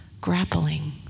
grappling